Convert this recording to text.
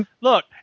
Look